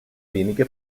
wenige